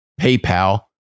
PayPal